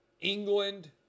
England